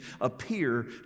appear